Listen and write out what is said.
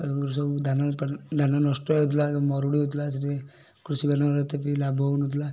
ଆଗରୁ ସବୁ ଧାନ ବେପାରୀ ଧାନ ନଷ୍ଟ ହେଉଥିଲା ମରୁଡ଼ି ହେଉଥିଲା ସେଥିପାଇଁ କୃଷିମାନଙ୍କର ଏତେ ବି ଲାଭ ହେଉ ନ ଥିଲା